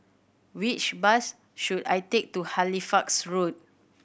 which bus should I take to Halifax Road